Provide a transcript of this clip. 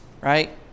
Right